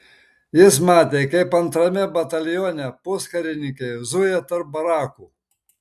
jis matė kaip antrame batalione puskarininkiai zuja tarp barakų